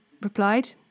replied